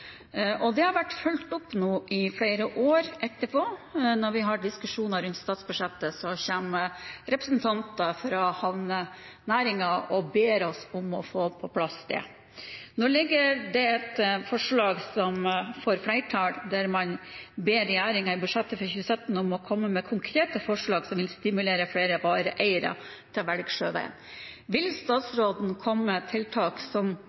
og det har nå vært fulgt opp i flere år etterpå. Når vi har diskusjoner rundt statsbudsjettet, kommer representanter fra havnenæringen og ber oss om å få det på plass. Nå ligger det et forslag – som får flertall – der man ber regjeringen i budsjettet for 2017 om å komme med konkrete forslag som vil stimulere flere vareeiere til å velge sjøveien. Vil statsråden komme med tiltak som